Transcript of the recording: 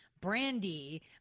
Brandy